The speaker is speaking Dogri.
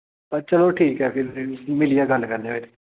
पर चलो ठीक ऐ फिर मिलियै गल्ल करने आं फिर